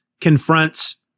confronts